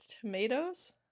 tomatoes